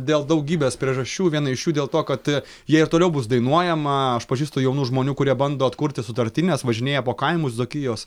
dėl daugybės priežasčių viena iš jų dėl to kad ja ir toliau bus dainuojama aš pažįstu jaunų žmonių kurie bando atkurti sutartines važinėja po kaimus dzūkijos